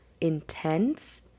intense